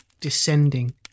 Descending